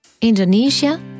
Indonesia